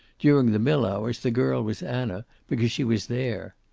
during the mill hours the girl was anna, because she was there.